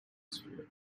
sphere